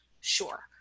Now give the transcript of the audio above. Sure